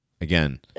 Again